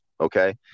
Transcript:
Okay